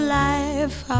life